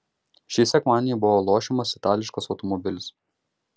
šį sekmadienį buvo lošiamas itališkas automobilis